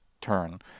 turn